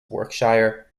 yorkshire